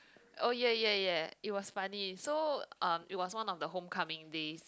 oh ya ya ya it was funny so um it was one of the homecoming days